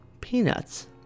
Peanuts